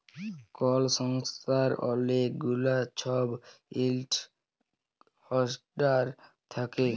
call সংস্থার অলেক গুলা ছব ইস্টক হল্ডার থ্যাকে